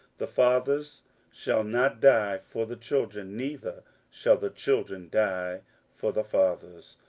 the fathers shall not die for the children, neither shall the children die for the fathers,